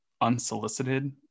unsolicited